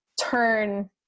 turn